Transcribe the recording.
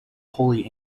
holy